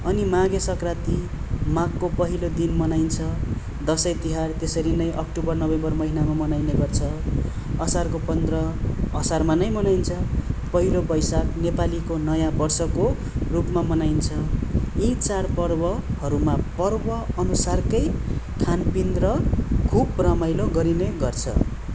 अनि माघे सक्राती माघको पहिलो दिन मनाइन्छ दसैँ तिहार त्यसरी नै अक्टोबर नोभेम्बर महिनामा मनाइने गर्छ असारको पन्ध्र असारमा नै मनाइन्छ पहिलो वैशाख नेपालीको नयाँ वर्षको रूपमा मनाइन्छ यी चाडपर्वहरूमा पर्वअनुसारकै खानपिन र खुब रमाइले गरिने गर्छ